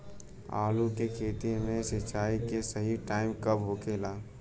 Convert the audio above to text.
आलू के खेती मे सिंचाई के सही टाइम कब होखे ला?